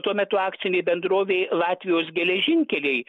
tuo metu akcinei bendrovei latvijos geležinkeliai